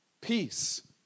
peace